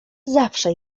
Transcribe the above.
zawsze